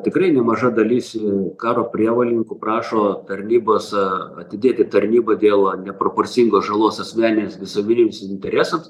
tikrai nemaža dalis karo prievolininkų prašo tarnybos atidėti tarnybą dėl neproporcingo žalos asmeniniams visuomeniniams interesams